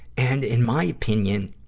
and, in my opinion,